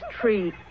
tree